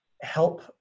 help